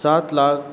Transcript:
सात लाख